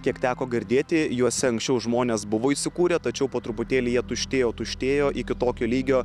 kiek teko girdėti juose anksčiau žmonės buvo įsikūrę tačiau po truputėlį jie tuštėjo tuštėjo iki tokio lygio